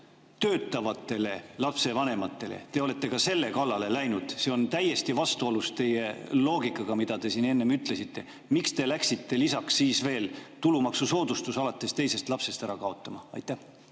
töötavatele lapsevanematele. Te olete ka selle kallale läinud. See on täiesti vastuolus teie loogikaga, mida te enne ütlesite. Miks te läksite lisaks veel tulumaksusoodustust alates teisest lapsest ära kaotama? Aitäh!